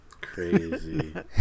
Crazy